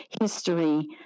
history